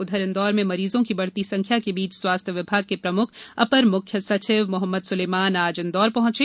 उधर इंदौर में मरीजों की बढ़ती संख्या के बीच स्वास्थ्य विभाग के प्रमुख अपर मुख्य सचिव मोहम्मद सुलेमान आज इंदौर पहुंचे